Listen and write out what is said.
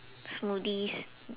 smoothies